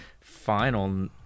final